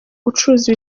gucuruza